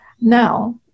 Now